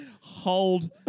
hold